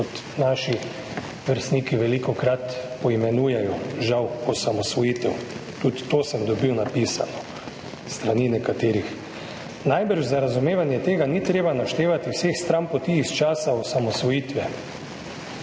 kot naši vrstniki velikokrat poimenujejo, žal, osamosvojitev. Tudi to sem dobil napisano s strani nekaterih. Najbrž za razumevanje tega ni treba naštevati vseh stranpoti iz časa osamosvojitve,